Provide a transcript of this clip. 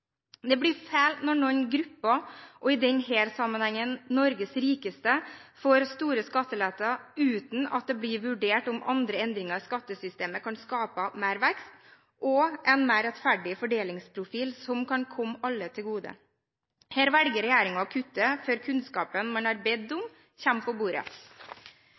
Det blir feil når noen grupper, og i denne sammenheng Norges rikeste, får store skattelettelser uten at det blir vurdert om andre endringer i skattesystemet kan skape mer vekst og en mer rettferdig fordelingsprofil som kan komme alle til gode. Her velger regjeringen å kutte før kunnskapen man har bedt om, kommer på bordet. Oljeprisen synker, inntektene reduseres, og regjeringen går inn med sugerør for